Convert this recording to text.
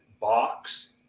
box